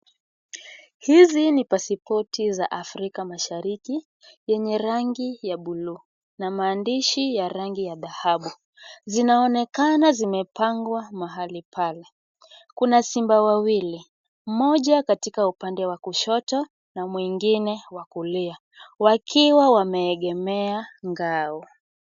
Hizi ni pasipoti za Afrika Mashariki, zenye rangi ya buluu, na maandishi ya rangi ya dhahabu, zinaonekana zimepangwa mahali pale, kuna Simba wawili, moja katika upande wa kushoto na mwingine wa kulia, wakiwa wameegemea ngao.